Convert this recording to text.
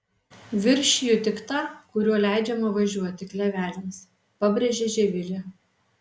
viršiju tik tą kuriuo leidžiama važiuoti kleveliams pabrėžė živilė